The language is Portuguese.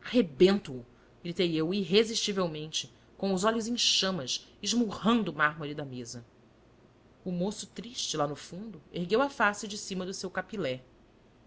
rival rebento o gritei eu irresistivelmente com os olhos em chamas esmurrando o mármore da mesa o moço triste lá ao fundo ergueu a face de cima do seu capilé